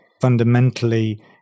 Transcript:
fundamentally